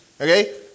okay